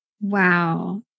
Wow